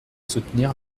soutenir